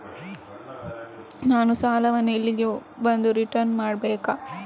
ನಾನು ಸಾಲವನ್ನು ಇಲ್ಲಿಗೆ ಬಂದು ರಿಟರ್ನ್ ಮಾಡ್ಬೇಕಾ?